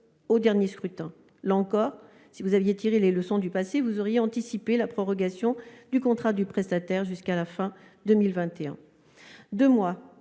du dernier scrutin. Là encore, si vous aviez tiré les leçons du passé, vous auriez anticipé la prorogation du contrat du prestataire jusqu'à la fin de 2021. Deux mois,